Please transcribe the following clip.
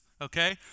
okay